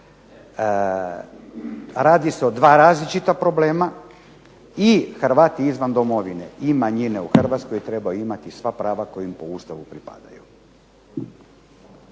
Radi se o dva različita problema. I Hrvati izvan domovine, i manjine u Hrvatskoj trebaju imati sva prava koja im po Ustavu pripadaju.